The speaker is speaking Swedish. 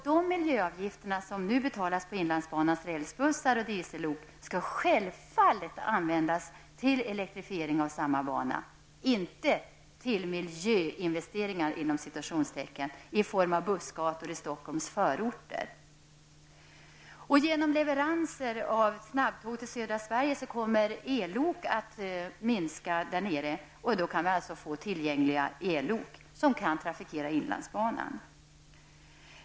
De miljöavgifter som nu betalas på inlandsbanans rälsbussar och diesellok skall självfallet användas till elektrifiering av samma bana och inte till ''miljöinvesteringar'' i form av bussgator i Stockholms förorter. Genom leveranser av snabbtåg till södra Sverige kommer användningen av ellok att minska där nere. Därigenom kan vi få tillgång till ellok som kan trafikera inlandsbanan.